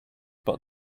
but